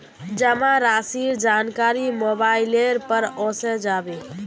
जमा राशिर जानकारी मोबाइलेर पर ओसे जाबे